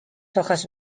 hojas